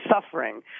suffering